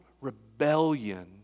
rebellion